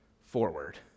forward